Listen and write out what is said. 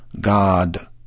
God